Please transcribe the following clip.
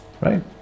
Right